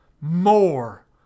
more